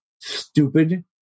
stupid